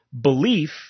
belief